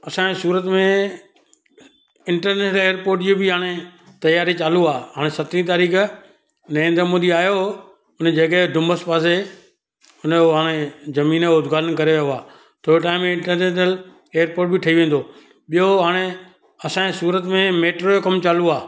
असांजे सूरत में international airport इये बि हाणे तयारी चालू आहे हाणे सतरहीं तारीख़ नरेंद्र मोदी आयो हुओ हुन जॻह डुमस पासे हुनजो हाणे ज़मीन जो उद्घाटन करे वियो आहे थोरे टाइम में इंटरनेशनल एयरपोट बि ठई वेंदो ॿियो हाणे असांजे सूरत में मेट्रो जो कमु चालू आहे